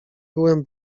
byłem